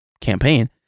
campaign